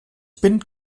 bin